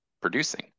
producing